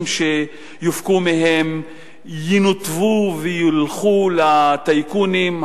שיופקו מהן ינותבו וילכו לטייקונים.